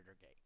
gate